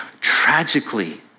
tragically